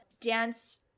dance